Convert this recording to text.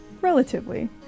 Relatively